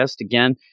Again